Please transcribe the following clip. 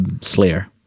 Slayer